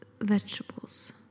vegetables